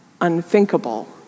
unthinkable